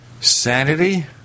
Sanity